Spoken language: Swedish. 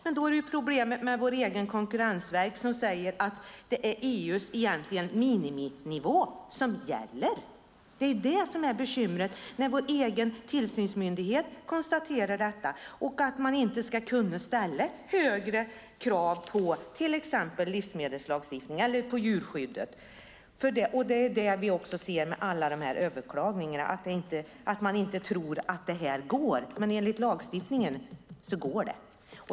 Men då är det problem med vårt eget konkurrensverk, som säger att det egentligen är EU:s miniminivå som gäller. Det är bekymret, när vår egen tillsynsmyndighet konstaterar detta - att man inte ska kunna ställa högre krav på exempelvis livsmedel eller djurskydd. Det vi ser genom alla överklaganden är att man inte tror att det går. Men enligt lagstiftningen går det.